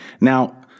now